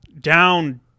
down